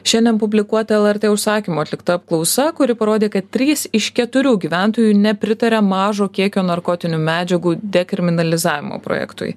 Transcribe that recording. šiandien publikuota lrt užsakymu atlikta apklausa kuri parodė kad trys iš keturių gyventojų nepritaria mažo kiekio narkotinių medžiagų dekriminalizavimo projektui